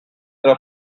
their